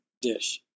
dish